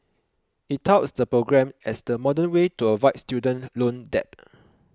it touts the program as the modern way to avoid student loan debt